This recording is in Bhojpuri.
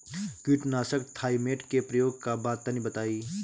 कीटनाशक थाइमेट के प्रयोग का बा तनि बताई?